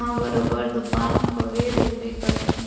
ह बरोबर दुकान खोले रहिबे करथे